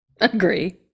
Agree